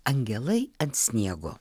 angelai ant sniego